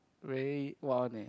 very what one leh